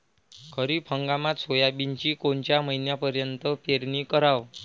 खरीप हंगामात सोयाबीनची कोनच्या महिन्यापर्यंत पेरनी कराव?